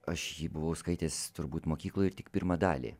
aš jį buvau skaitęs turbūt mokykloj ir tik pirmą dalį